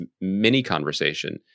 mini-conversation